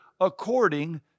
according